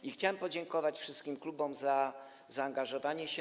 I chciałem podziękować wszystkim klubom za zaangażowanie się.